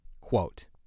Quote